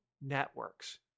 networks